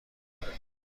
باشید